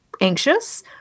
anxious